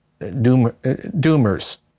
doomers